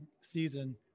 season